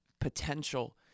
potential